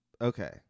Okay